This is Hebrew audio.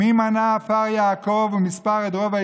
"מי מנה עפר יעקב וּמִסְפָּר את רֹבַע